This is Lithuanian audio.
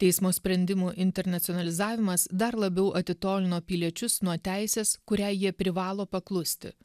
teismo sprendimu internacionalizavimas dar labiau atitolino piliečius nuo teisės kuriai jie privalo paklusti